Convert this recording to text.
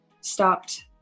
stopped